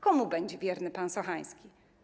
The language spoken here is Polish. Komu będzie wierny pan Sochański?